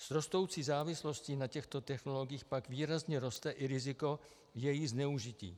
S rostoucí závislostí na těchto technologiích pak výrazně roste i riziko jejich zneužití.